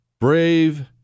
brave